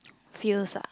feels ah